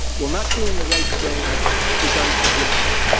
well, not doing the right thing is unforgivable.